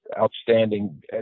outstanding